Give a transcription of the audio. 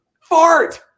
fart